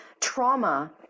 trauma